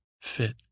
fit